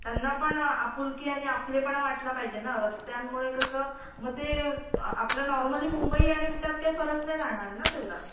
त्यांना पण आपुलकी आणि आपलेपणा वाटला पाहिजे ना रस्त्यांमुळे कसं मग ते आपलं नॉर्मली मुंबई आणि त्यात काही फरक नाही राहणार ना तेवढा